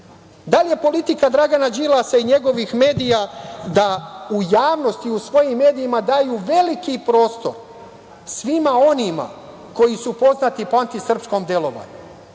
Da li je politika Dragana Đilasa i njegovih medija da u javnosti u svojim medijima daju veliki prostor svima onima koji su poznati po antisrpskom delovanju? Juče